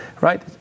right